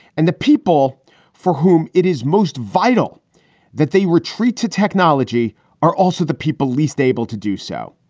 and the people for whom it is most vital that they retreat to technology are also the people least able to do so.